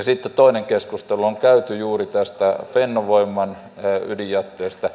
sitten toinen keskustelu on käyty juuri tästä fennovoiman ydinjätteestä